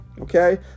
Okay